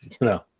No